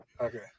Okay